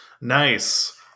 Nice